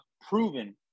proven